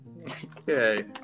Okay